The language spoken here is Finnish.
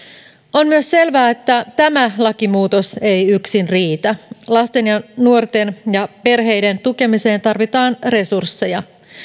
on myös selvää että tämä lakimuutos ei yksin riitä lasten ja nuorten ja perheiden tukemiseen tarvitaan resursseja